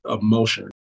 emotion